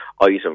item